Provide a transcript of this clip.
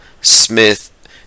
Smith